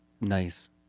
Nice